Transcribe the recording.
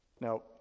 Now